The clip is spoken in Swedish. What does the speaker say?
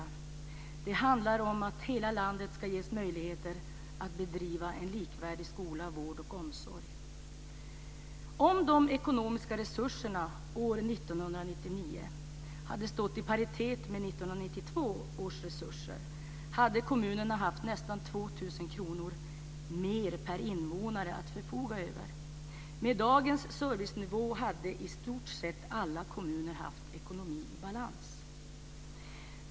Det handlar om att hela landet ska ges möjligheter att bedriva en likvärdig skola, vård och omsorg. Om de ekonomiska resurserna år 1999 hade stått i paritet med 1992 års resurser, hade kommunerna haft nästan 2 000 kr mer per invånare att förfoga över. Med dagens servicenivå hade i stort sett alla kommuner haft ekonomisk balans.